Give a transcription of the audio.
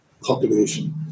population